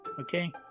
okay